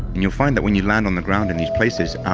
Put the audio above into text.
and you'll find that when you land on the ground in these places,